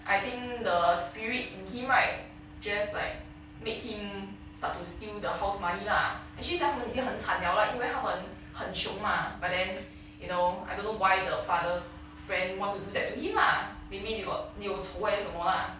I think the spirit in him right just like make him start to steal the house money lah actually 他们已经很惨了 lah 因为他们很穷 mah but then you know I don't know why the father's friend want to do that to him lah maybe they got 有仇还是什么 lah